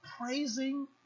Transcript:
praising